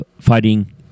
fighting